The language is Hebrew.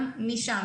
גם משם.